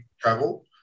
travel